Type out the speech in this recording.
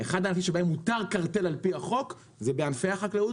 אחד הנושאים שבהם מותר קרטל על פי החוק זה בענפי החקלאות,